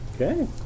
Okay